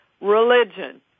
Religion